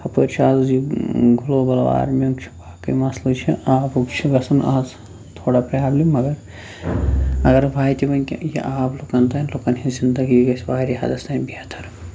ہُپٲرۍ چھِ آز یہِ گٕلوبل وارمِنٛگ چھِ باقٕے مَسلہٕ چھِ آبُک چھُ گژھان آز تھوڑا پرٛابلِم مگر اگر واتہِ وٕنۍکٮ۪ن یہِ آب لُکَن تام لُکَن ہِنٛز زِندگی گَژھِ واریاہ حدَس تام بہتر